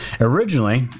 originally